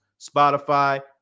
Spotify